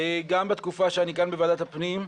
גם בתקופה שאני כאן בוועדת הפנים,